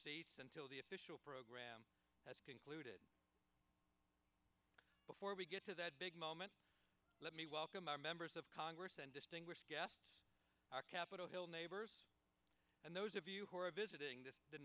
seats until the official program has concluded before we get to that big moment let me welcome our members of congress and distinguished guests our capitol hill neighbors and those of you who are visiting this the